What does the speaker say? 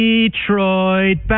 Detroit